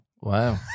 Wow